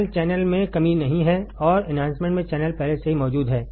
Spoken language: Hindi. चैनल चैनल में कमी नहीं है और एन्हांसमेंट में चैनल पहले से मौजूद है